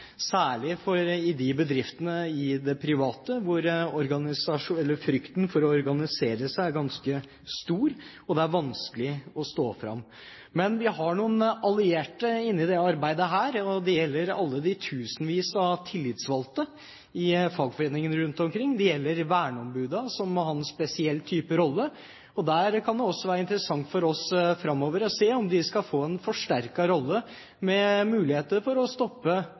særlig i de bedriftene i det private hvor frykten for å organisere seg er ganske stor og det er vanskelig å stå fram. Men vi har noen allierte med oss i dette arbeidet. Det gjelder alle de tusenvis av tillitsvalgte i fagforeningene rundt omkring, og det gjelder verneombudene, som har en spesiell type rolle. Der kan det også være interessant for oss framover å se om vi skal få en forsterket rolle med muligheter for å stoppe